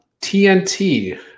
TNT